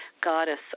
goddess